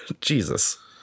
Jesus